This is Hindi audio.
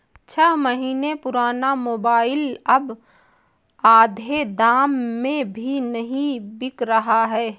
छह महीने पुराना मोबाइल अब आधे दाम में भी नही बिक रहा है